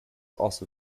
also